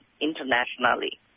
internationally